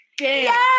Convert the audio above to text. Yes